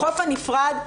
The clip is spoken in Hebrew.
החוף הנפרד,